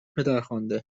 پدرخوانده